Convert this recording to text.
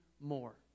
more